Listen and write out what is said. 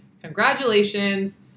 congratulations